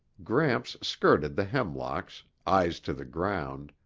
gramps skirted the hemlocks, eyes to the ground,